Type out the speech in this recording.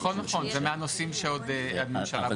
נכון, זה מהנושאים שעוד נשארו לנו.